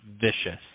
vicious